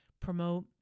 promote